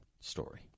story